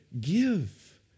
give